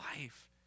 life